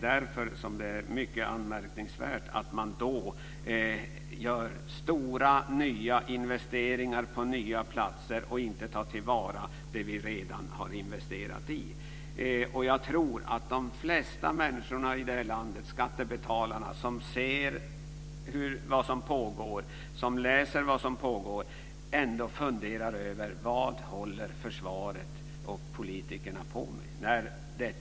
Därför är det mycket anmärkningsvärt att man gör stora nya investeringar på nya platser i stället för att ta till vara vad vi redan har investerat i. Jag tror att de flesta skattebetalare i vårt land, som ser vad som pågår och som läser om vad som pågår, ändå funderar över vad försvaret och politikerna håller på med.